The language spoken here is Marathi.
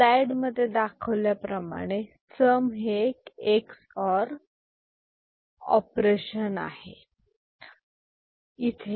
स्लाईड मध्ये दाखविल्याप्रमाणे सम हे एक EX OR ऑपरेशन आहे CA